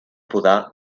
podar